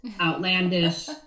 outlandish